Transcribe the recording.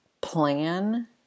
plan